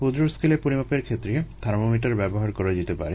ক্ষুুুদ্র স্কেলে পরিমাপের ক্ষেত্রে থার্মোমিটার ব্যবহার করা যেতে পারে